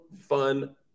fun